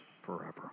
forever